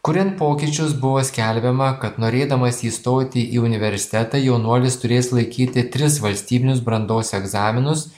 kuriant pokyčius buvo skelbiama kad norėdamas įstoti į universitetą jaunuolis turės laikyti tris valstybinius brandos egzaminus